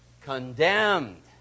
Condemned